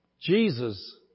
Jesus